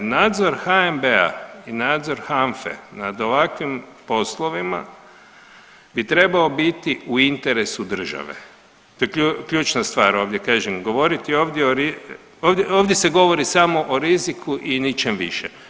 Nadzor HNB-a i nadzor HANFA-e nad ovakvim poslovima bi trebao biti u interesu države, to je ključna stvar ovdje, kažem govoriti ovdje o, ovdje, ovdje se govori samo o riziku i ničem više.